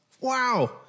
Wow